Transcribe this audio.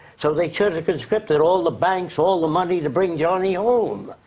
so they should have conscripted all the banks, all the money to bring johnny home.